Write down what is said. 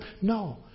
No